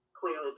Clearly